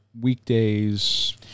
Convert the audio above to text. weekdays